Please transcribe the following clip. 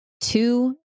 two